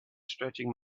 stretching